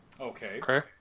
Okay